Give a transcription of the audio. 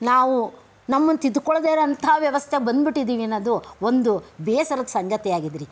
ನಾವು ನಮ್ಮನ್ನು ತಿದ್ಕೊಳ್ಳದೇ ಇರೋವಂಥ ವ್ಯವಸ್ಥೆಗೆ ಬಂದ್ಬಿಟ್ಟಿದ್ದೀವಿ ಅನ್ನೋದು ಒಂದು ಬೇಸರದ ಸಂಗತಿ ಆಗಿದೆ ರೀ